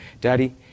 Daddy